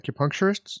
acupuncturists